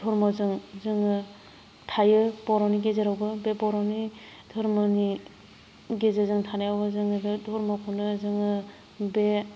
धर्मजों जोङो थायो बर'नि गेजेरावबो बे बर'नि धर्मनि गेजेरजों थानायावनो जोङो बे धर्मखौनो जोङो बे